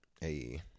Hey